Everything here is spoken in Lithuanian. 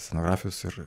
scenografijos ir